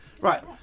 Right